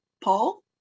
Paul